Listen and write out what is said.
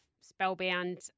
spellbound